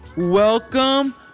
Welcome